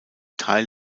teil